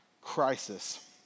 crisis